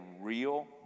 real